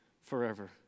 forever